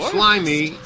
slimy